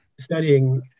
studying